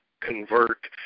convert